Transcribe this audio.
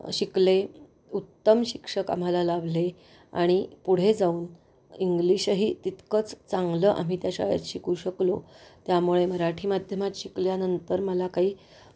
शिकले उत्तम शिक्षक आम्हाला लाभले आणि पुढे जाऊन इंग्लिशही तितकंच चांगलं आम्ही त्या शाळेत शिकू शकलो त्यामुळे मराठी माध्यमात शिकल्यानंतर मला काही